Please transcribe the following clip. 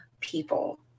people